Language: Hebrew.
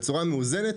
בצורה מאוזנת,